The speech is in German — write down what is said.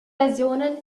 versionen